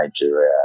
Nigeria